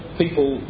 people